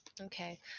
Okay